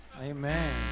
Amen